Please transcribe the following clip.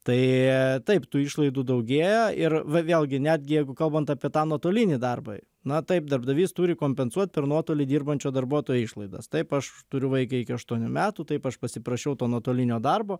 tai taip tų išlaidų daugėja ir va vėlgi netgi jeigu kalbant apie tą nuotolinį darbą na taip darbdavys turi kompensuot per nuotolį dirbančio darbuotojo išlaidas taip aš turiu vaiką iki aštuonių metų taip aš pasiprašiau to nuotolinio darbo